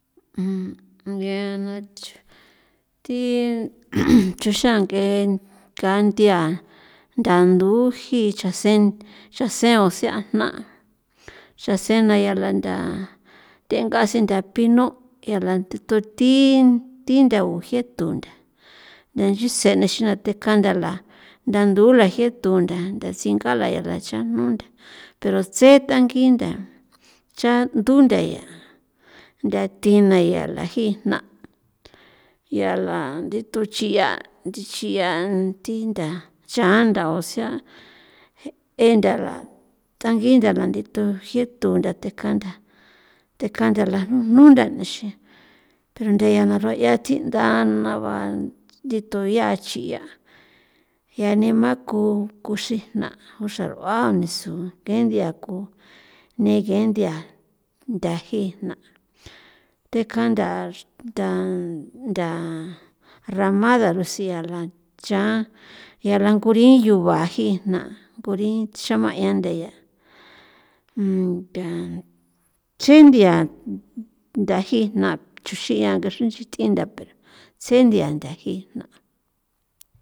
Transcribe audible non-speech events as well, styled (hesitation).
(hesitation) ge na chjon thi (noise) chuxan ng'e kanthia ntha nduji chan sen cha sen o sea jna' xan sea na xan lantha thenga sen ntha pino ya la thi tuthi thi ntha ujieto ntha ntha nchitse uxina teka ntha la nthan ndula jieto ntha nthatsinga la chajnu ntha pero tse tangi ntha cha'ndu ntha ya nthathin na ya la gii ijna ya la ndito chia nche chjian thi ntha chan ntha osea entha la tangi ntha landito jieto ntha tekaa ntha teka la ntha nujno thanxin pero ntha ya na rueꞌa thi ndana ba thi tuya chia ya nema ku kuxijna kuxar'ua o nisu ke nthiꞌa nege nthia ntha ji jna thekan ntha ntha ntha ramada siala chan ya langurin yuba ji jna ngurin chama'ia ntha yaa ntha chjen nthia ntha jii jna chuxin a kexren nch'i thꞌin ntha ts'e nthia ntha ji jna'.